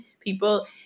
people